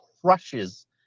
crushes